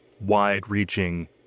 wide-reaching